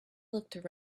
looked